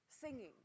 Singing